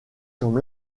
comme